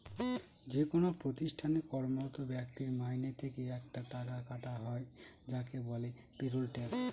যেকোনো প্রতিষ্ঠানে কর্মরত ব্যক্তির মাইনে থেকে একটা টাকা কাটা হয় যাকে বলে পেরোল ট্যাক্স